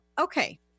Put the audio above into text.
okay